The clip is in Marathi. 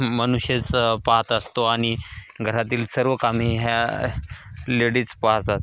मनुष्यच पाहात असतो आणि घरातील सर्व कामी ह्या लेडीज पाहतात